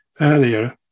earlier